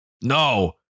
No